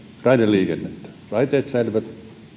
raideliikennettä raiteet säilyvät